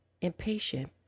impatient